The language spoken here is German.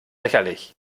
lächerlich